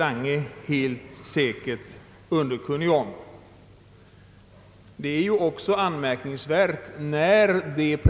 Lange helt säkert medveten om.